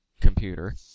computer